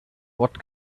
what